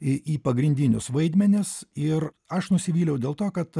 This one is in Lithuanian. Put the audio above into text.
į į pagrindinius vaidmenis ir aš nusivyliau dėl to kad